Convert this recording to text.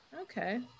Okay